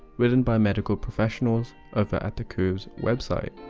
written by medical professionals over at the qoves website.